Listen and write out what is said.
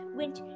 went